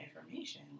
information